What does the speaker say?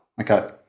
Okay